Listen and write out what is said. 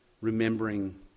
remembering